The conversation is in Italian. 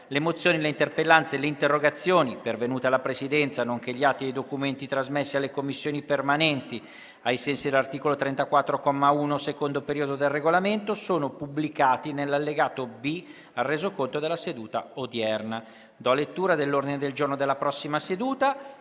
Le mozioni, le interpellanze e le interrogazioni pervenute alla Presidenza, nonché gli atti e i documenti trasmessi alle Commissioni permanenti ai sensi dell'articolo 34, comma 1, secondo periodo, del Regolamento sono pubblicati nell'allegato B al Resoconto della seduta odierna. **Ordine del giorno per la seduta